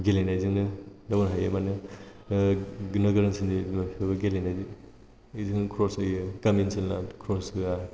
गेलेनायजोंनो दावगानो हायो माने नोगोर ओनसोलनि बिमा बिफाफोरा गेलेनायजों बिदिनो कर्स होयो गामि ओनसोलना कर्स होआ